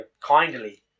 kindly